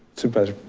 supervisor?